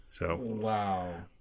Wow